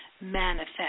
manifest